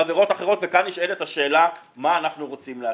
כאן נשאלת השאלה מה אנחנו רוצים להשיג.